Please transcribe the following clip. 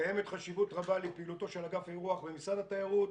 קיימת חשיבות רבה לפעילותו של אגף האירוח במשרד התיירות.